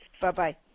bye-bye